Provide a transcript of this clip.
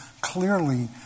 clearly